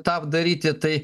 tą daryti tai